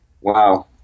Wow